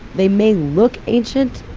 they may look ancient,